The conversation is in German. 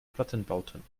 plattenbauten